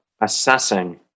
assessing